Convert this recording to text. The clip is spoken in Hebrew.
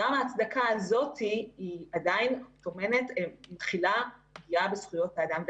גם ההצדקה הזאת עדיין מחילה פגיעה בזכויות האדם.